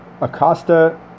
Acosta